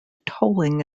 tolling